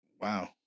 Wow